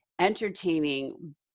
entertaining